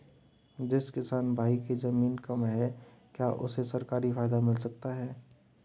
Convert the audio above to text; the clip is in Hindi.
जिस किसान भाई के ज़मीन कम है क्या उसे सरकारी फायदा मिलता है?